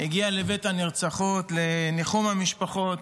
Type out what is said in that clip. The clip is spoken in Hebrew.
הגיע לבית הנרצחות לניחום המשפחות.